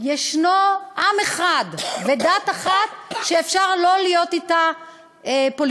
יש עם אחד ודת אחת שאפשר לא להיות אתה פוליטיקלי-קורקט,